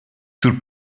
zur